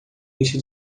lista